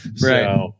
Right